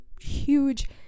huge